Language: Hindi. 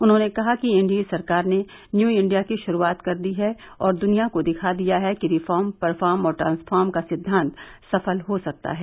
उन्होंने कहा कि एनडीए सरकार ने न्यूइंडिया की शुरूआत कर दी है और दुनिया को दिखा दिया है कि रिफार्म परफार्म और ट्रासफार्म का सिद्वांत सफल हो सकता है